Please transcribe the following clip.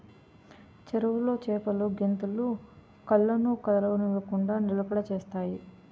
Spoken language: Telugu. చెరువులో చేపలు గెంతులు కళ్ళను కదలనివ్వకుండ నిలకడ చేత్తాయి